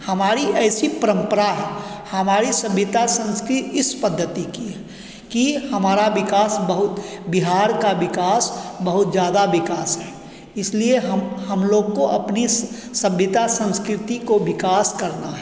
हमारी ऐसी परंपरा है हमारी सभ्यता संस्कृति इस पद्धति की है कि हमारा विकास बहुत बिहार का विकास बहुत ज़्यादा विकास है इसलिए हम हम लोग को अपनी सभ्यता संस्कृति को विकास करना है